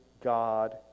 God